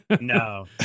no